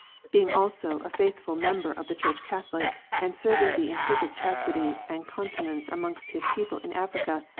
being also a faithful member of the church catholic, and serving thee in perfect chastity and continence amongst his people in africa,